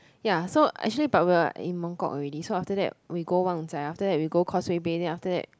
ya so actually but we are in Mongkok already so after that we go Wangzai after that we go Causeway Bay then after that